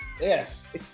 Yes